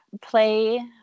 Play